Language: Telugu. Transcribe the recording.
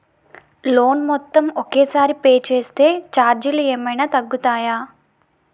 లోన్ మొత్తం ఒకే సారి పే చేస్తే ఛార్జీలు ఏమైనా తగ్గుతాయా?